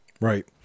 Right